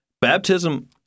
baptism